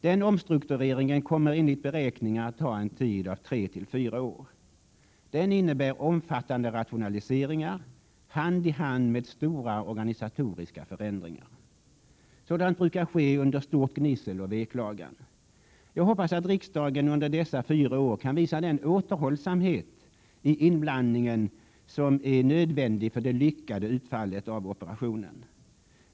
Den omstruktureringen kommer enligt beräkningar att ta en tid av tre till fyra år. Den innebär omfattande rationaliseringar hand i hand med stora organisatoriska förändringar. Sådant brukar ske under stort gnissel och veklagan. Jag hoppas att riksdagen under dessa fyra år kan visa den återhållsamhet i inblandningen som är nödvändig för det lyckade utfallet av operationen.